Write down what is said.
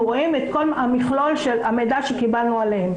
רואים ואת כל מכלול המידע שקיבלנו עליהן.